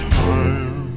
time